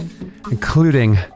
including